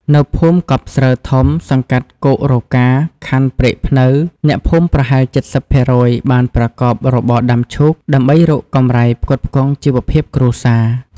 នៅភូមិកប់ស្រូវធំ សង្កាត់គោករកា ខណ្ឌព្រែកព្នៅ អ្នកភូមិប្រហែល៧០% បានប្រកបរបរដាំឈូក ដើម្បីរកកម្រៃផ្គត់ផ្គង់ជីវភាពគ្រួសារ ។